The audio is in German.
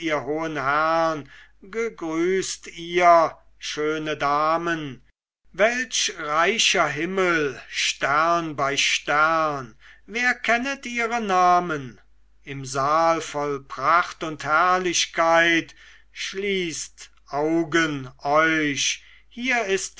herrn gegrüßt ihr schöne damen welch reicher himmel stern bei stern wer kennet ihre namen im saal voll pracht und herrlichkeit schließt augen euch hier ist